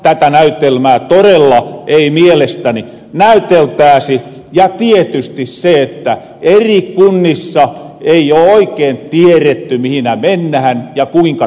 tätä näytelmää torella ei mielestäni näyteltääsi ja tietysti eri kunnissa ei oo oikein tieretty mihinä mennähän ja kuinka toimitahan